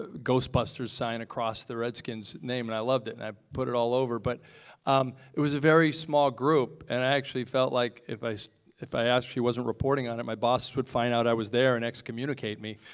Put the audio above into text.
ah ghostbusters sign across the redskins name and i loved it and i put it all over, but um it was a very small group and i actually felt like if i so if i asked and she wasn't reporting on it my boss would find out i was there and excommunicate me,